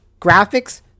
graphics